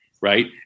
right